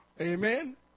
Amen